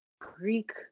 Greek